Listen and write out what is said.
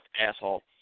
Asshole